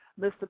Mr